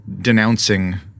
denouncing